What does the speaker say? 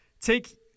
take